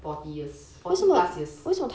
forty years forty plus years